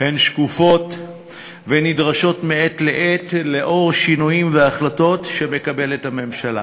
הן שקופות והן נדרשות מעת לעת לאור שינויים והחלטות שמקבלת הממשלה.